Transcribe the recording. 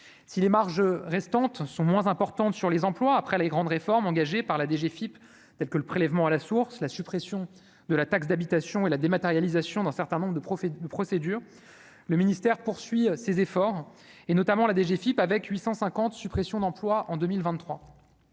si les marges restantes sont moins importantes sur les emplois après les grandes réformes engagées par la DGFIP, tels que le prélèvement à la source, la suppression de la taxe d'habitation et la dématérialisation d'un certain nombre de profs et de le ministère poursuit ses efforts et notamment la DGFIP, avec 850 suppressions d'emplois en 2023